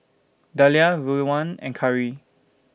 Dahlia Rowan and Kari